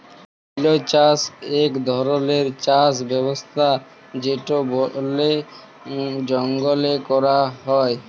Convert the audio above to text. বল্য চাষ ইক ধরলের চাষ ব্যবস্থা যেট বলে জঙ্গলে ক্যরা হ্যয়